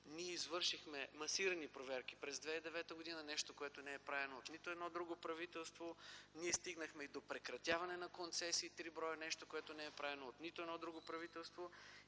Ние извършихме масирани проверки през 2009 г. – нещо, което не е правено от нито едно друго правителство. Ние стигнахме и до прекратяване на концесии – три, нещо, което не е правено от нито едно друго правителство.